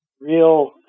real